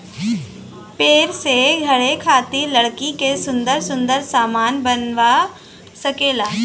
पेड़ से घरे खातिर लकड़ी क सुन्दर सुन्दर सामन बनवा सकेला